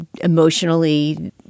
emotionally